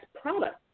product